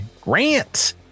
Grant